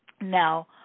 Now